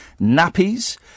nappies